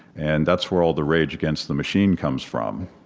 and that's where all the rage against the machine comes from.